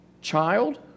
child